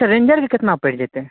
सरेन्डरके केतना पैरि जेतै